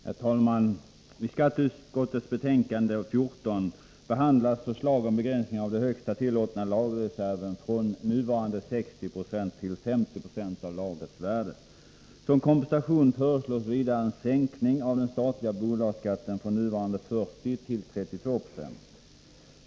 Herr talman! I skatteutskottets betänkande 14 behandlas förslag om begränsning av den högsta tillåtna lagerreserven från nuvarande 60 96 till 50 96 av lagrets värde. Som kompensation föreslås vidare en sänkning av den statliga bolagsskatten från nuvarande 40 9 till 32 960.